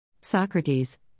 Socrates